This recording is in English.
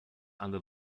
under